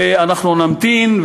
ואנחנו נמתין,